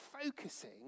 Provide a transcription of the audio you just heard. focusing